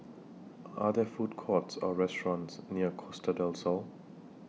Are There Food Courts Or restaurants near Costa Del Sol